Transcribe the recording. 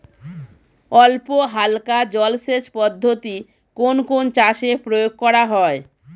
অল্পহালকা জলসেচ পদ্ধতি কোন কোন চাষে প্রয়োগ করা হয়?